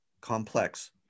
complex